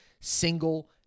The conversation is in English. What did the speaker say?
single